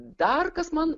dar kas man